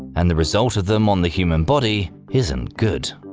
and the result of them on the human body isn't good.